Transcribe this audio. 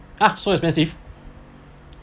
ah so expensive